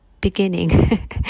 beginning